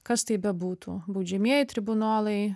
kas tai bebūtų baudžiamieji tribunolai